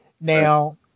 now